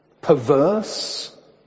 perverse